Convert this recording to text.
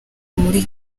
muri